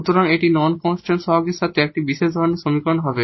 সুতরাং এটি non constant কোইফিসিয়েন্টের সাথে এক ধরণের বিশেষ সমীকরণ হবে